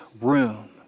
room